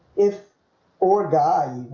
if or guy,